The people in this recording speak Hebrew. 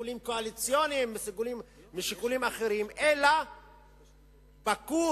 משיקולים קואליציוניים ומשיקולים אחרים אלא את ה-core,